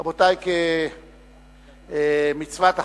רבותי, כמצוות החוק,